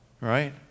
right